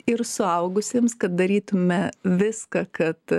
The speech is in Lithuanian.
ir suaugusiems kad darytume viską kad